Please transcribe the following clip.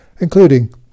including